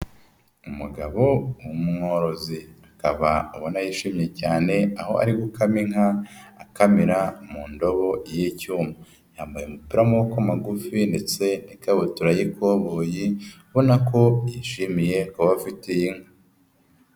Umugabo w'umworozi. Akaba ubona yishimiye cyane, aho ari gukama inka ,akamira mu ndobo y'icyuma. Yambaye umupi w'amaboko magufi ndetse n'ikabutura y'ikoboyi, ubona ko yishimiye kuba afite iyi nka.